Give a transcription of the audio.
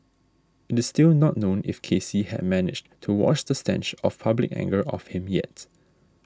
it is still not known if Casey had managed to wash the stench of public anger off him yet